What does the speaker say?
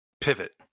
pivot